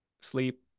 sleep